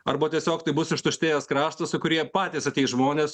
arba tiesiog tai bus ištuštėjęs kraštas į kurį jie patys ateis žmonės